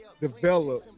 develop